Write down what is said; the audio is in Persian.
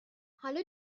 حالا